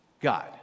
God